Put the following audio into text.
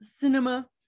cinema